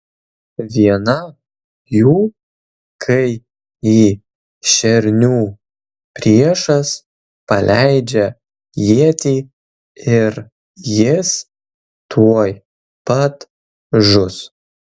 viena jų kai į šernių priešas paleidžia ietį ir jis tuoj pat žus